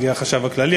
עם נציגי החשב הכללי,